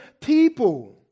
people